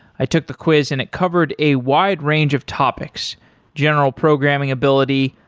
i took the quiz and it covered a wide range of topics general programming ability,